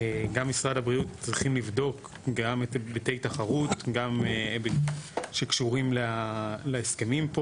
משרד הבריאות צריכים לבדוק גם את היבטי תחרות שקשורים להסכמים פה.